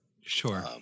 Sure